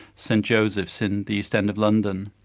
st joseph's in the east end of london.